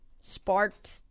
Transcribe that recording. sparked